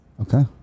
Okay